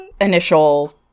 initial